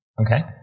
Okay